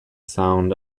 sound